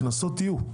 קנסות יהיו.